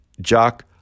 Jock